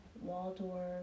Waldorf